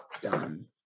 done